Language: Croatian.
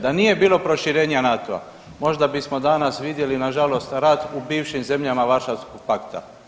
Da nije bilo proširenja NATO-a možda bismo danas vidjeli nažalost rat u bivšim zemljama Varšavskog pakta.